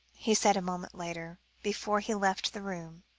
he said a moment later, before he left the room.